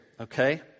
Okay